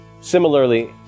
Similarly